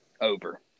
over